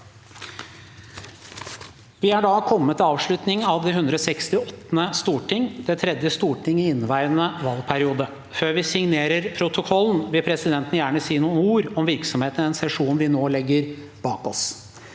Vi er da kommet til avslut- ning av det 168. storting – det tredje storting i inneværende valgperiode. Før vi signerer protokollen vil presidenten gjerne si noen ord om virksomheten i den sesjonen vi nå legger bak oss.